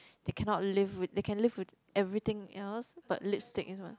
they cannot live with they can live with everything else but lipstick is one